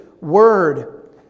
word